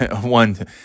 one